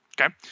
Okay